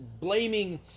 blaming